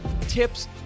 tips